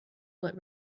what